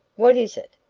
what is it?